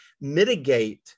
mitigate